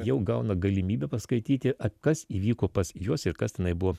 jau gauna galimybę paskaityti a kas įvyko pas juos ir kas tenai buvo